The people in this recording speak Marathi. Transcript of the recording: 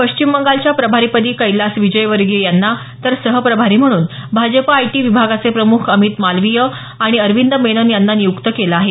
पश्चिम बंगालच्या प्रभारीपदी कैलास विजयवर्गीय यांना तर सहप्रभारी म्हणून भाजप आयटी विभागाचे प्रमुख अमित मालवीय आणि अरविंद मेनन यांना नियुक्त केलं आहे